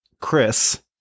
Chris